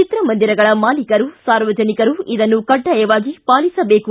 ಚಿತ್ರಮಂದಿರಗಳ ಮಾಲೀಕರು ಸಾರ್ವಜನಿಕರು ಇದನ್ನು ಕಡ್ಡಾಯವಾಗಿ ಪಾಲಿಸಬೇಕು